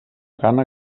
gana